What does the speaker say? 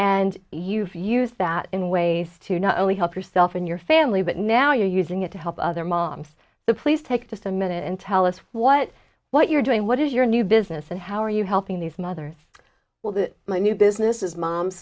and you use that in ways to not only help yourself and your family but now you're using it to help other moms the police take just a minute and tell us what what you're doing what is your new business and how are you helping these mothers well that my new business is mom